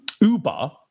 uber